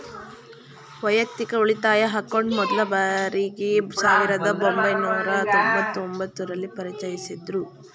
ವೈಯಕ್ತಿಕ ಉಳಿತಾಯ ಅಕೌಂಟ್ ಮೊದ್ಲ ಬಾರಿಗೆ ಸಾವಿರದ ಒಂಬೈನೂರ ತೊಂಬತ್ತು ಒಂಬತ್ತು ರಲ್ಲಿ ಪರಿಚಯಿಸಿದ್ದ್ರು